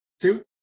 two